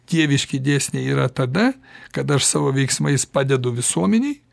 dieviški dėsniai yra tada kada aš savo veiksmais padedu visuomenei